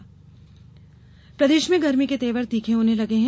गर्मी प्रदेश में गर्मी के तेवर तीखे होने लगे हैं